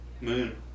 Moon